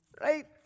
Right